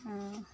ओह